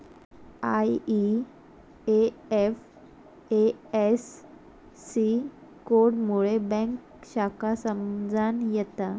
IFSC code मुळे bank शाखा समजान येता